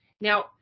Now